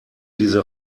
diese